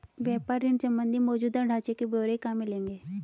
व्यापार ऋण संबंधी मौजूदा ढांचे के ब्यौरे कहाँ मिलेंगे?